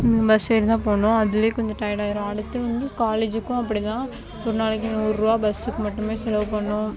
bus ஏறிதான் போகணும் அதுலேயே கொஞ்சம் டையட் ஆயிடும் அடுத்து வந்து காலேஜுக்கும் அப்படிதான் ஒரு நாளைக்கி நூறுரூவா பஸ்ஸுக்கு மட்டும் செலவு பண்ணுவோம்